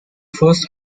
first